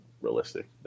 realistic